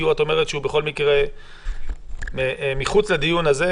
כי את אומרת שהוא בכל מקרה מחוץ לדיון הזה,